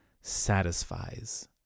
satisfies